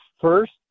first